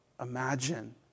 Imagine